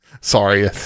sorry